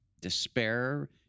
despair